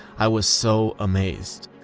i was so amazed.